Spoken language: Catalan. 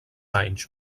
anys